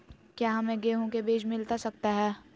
क्या हमे गेंहू के बीज मिलता सकता है?